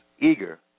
eager